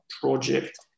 project